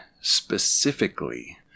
specifically